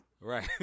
Right